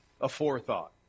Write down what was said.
aforethought